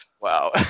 Wow